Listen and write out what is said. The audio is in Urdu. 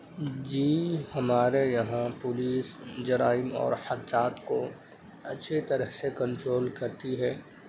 جی ہمارے یہاں پولیس جرائم اور حادثات کو اچھے طرح سے کنٹرول کرتی ہے